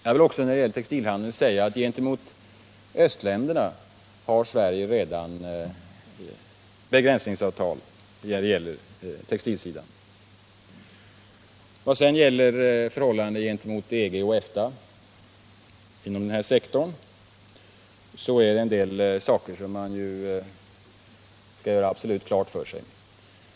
Jag vill också när det gäller textilhandeln säga att gentemot östländerna har Sverige redan begränsningsavtal på textilsidan. Vad sedan gäller förhållandet gentemot EG och EFTA inom denna sektor är det en del saker som man skall göra absolut klara för sig.